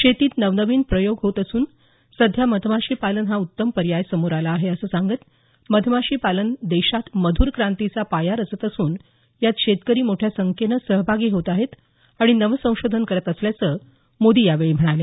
शेतीत नवनवीन प्रयोग होत असून सध्या मधमाशी पालन हा उत्तम पर्याय समोर आला आहे असं सांगत मधमाशी पालन देशात मधुर क्रांतीचा पाया रचत असून यात शेतकरी मोठ्या संख्येनं सहभागी होत आहेत आणि नवसंशोधन करत असल्याचं मोदी यावेळी म्हणाले